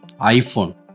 iPhone